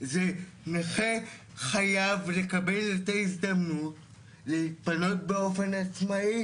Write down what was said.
זה שנכה חייב לקבל את ההזדמנות להתפנות באופן עצמאי,